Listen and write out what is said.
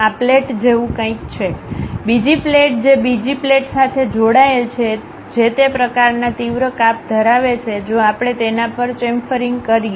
આ પ્લેટ જેવું કંઈક છે બીજી પ્લેટ જે બીજી પ્લેટ સાથે જોડાયેલ છે જે તે પ્રકારના તીવ્ર કાપ ધરાવે છે જો આપણે તેના પર ચેમ્ફરિંગ કહીએ